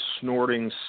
snorting